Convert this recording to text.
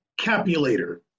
capulator